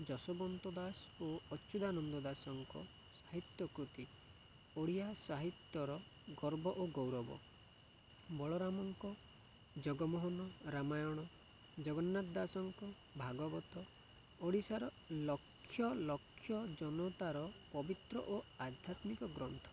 ଯଶୋବନ୍ତ ଦାସ ଓ ଅଚ୍ୟୁଦାନନ୍ଦ ଦାସଙ୍କ ସାହିତ୍ୟକୃତି ଓଡ଼ିଆ ସାହିତ୍ୟର ଗର୍ବ ଓ ଗୌରବ ବଳରାମଙ୍କ ଜଗମୋହନ ରାମାୟଣ ଜଗନ୍ନାଥ ଦାସଙ୍କ ଭାଗବତ ଓଡ଼ିଶାର ଲକ୍ଷ ଲକ୍ଷ ଜନତାର ପବିତ୍ର ଓ ଆଧ୍ୟାତ୍ମିକ ଗ୍ରନ୍ଥ